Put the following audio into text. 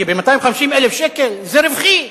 כי ב-250,000 שקל זה רווחי.